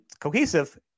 cohesive